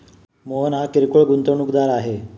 मोहन हा किरकोळ गुंतवणूकदार आहे